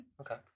Okay